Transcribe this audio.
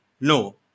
no